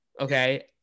Okay